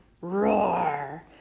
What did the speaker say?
Roar